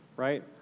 right